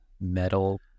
metal